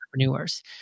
entrepreneurs